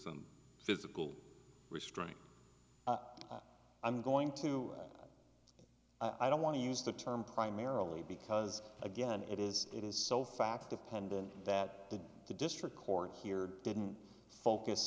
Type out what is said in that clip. some physical restraint i'm going to i don't want to use the term primarily because again it is it is so fact dependent that the the district court here didn't focus